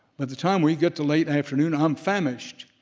but the time we get to late afternoon i'm famished.